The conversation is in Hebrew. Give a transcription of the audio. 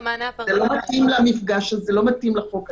זה לא מתאים לחוק הזה.